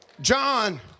John